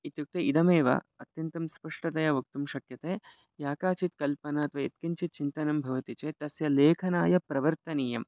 इत्युक्ते इदमेव अत्यन्तं स्पष्टतया वक्तुं शक्यते या काचित् कल्पना अथवा यत्किञ्चित् चिन्तनं भवति चेत् तस्य लेखनाय प्रवर्तनीयम्